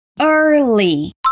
early